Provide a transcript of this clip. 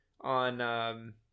on